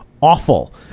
awful